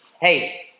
Hey